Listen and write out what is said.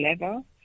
level